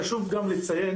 חשוב גם לציין,